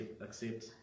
accept